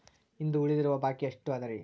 ಇಂದು ಉಳಿದಿರುವ ಬಾಕಿ ಎಷ್ಟು ಅದರಿ?